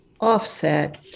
offset